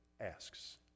asks